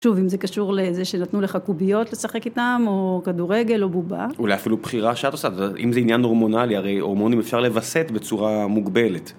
שוב, אם זה קשור לזה שנתנו לך קוביות לשחק איתם, או כדורגל, או בובה. אולי אפילו בחירה שאת עושה, אם זה עניין הורמונלי, הרי הורמונים אפשר לווסת בצורה מוגבלת.